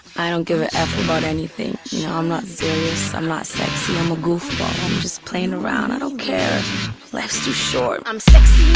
i don't give a f about anything no i'm not serious, i'm not sexy, i'm a goofball. i'm just playing around. i don't care life's too short! i'm sexy